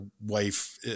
wife